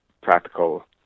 practical